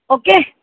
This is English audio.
okay